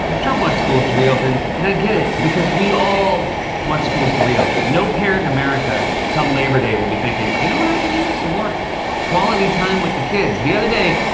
trump wants schools to reopen and i get it because we all want schools to reopen. no parent in america, come labor day, will be thinking, you know what and i could use? more quality time with the kids. the other day,